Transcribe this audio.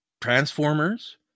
Transformers